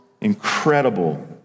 incredible